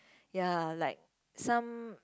ya like some